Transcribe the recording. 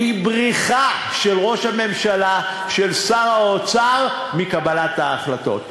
בריחה של ראש הממשלה ושל שר האוצר מקבלת ההחלטות.